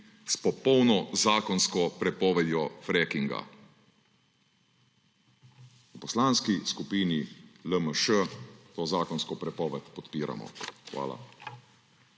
s popolno zakonsko prepovedjo frackinga. V Poslanski skupini LMŠ to zakonsko prepoved podpiramo. Hvala.